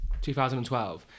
2012